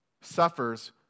suffers